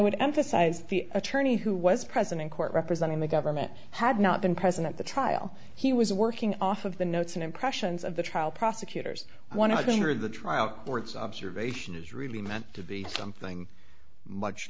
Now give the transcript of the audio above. would emphasize the attorney who was present in court representing the government had not been present at the trial he was working off of the notes and impressions of the trial prosecutors want to hear the trial court's observation is really meant to be something much